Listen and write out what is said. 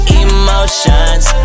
emotions